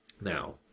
Now